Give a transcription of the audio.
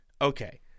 okay